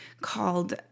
called